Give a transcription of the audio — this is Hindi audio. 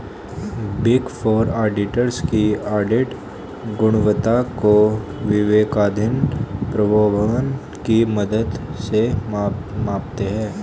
बिग फोर ऑडिटर्स की ऑडिट गुणवत्ता को विवेकाधीन प्रोद्भवन की मदद से मापते हैं